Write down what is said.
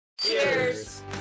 Cheers